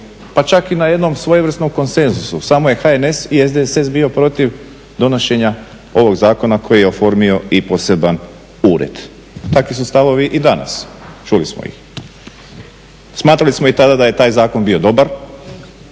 Pa čak i na jednom svojevrsnom konsenzusu, samo je HNS i SDSS bio protiv donošenja ovog zakona koji je oformio i poseban ured. Takvi su stavovi i danas, čuli smo ih. Smatrali smo i tada da je taj zakon bio dobar